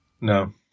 No